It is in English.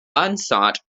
unsought